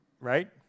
Right